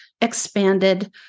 expanded